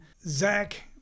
Zach